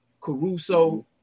Caruso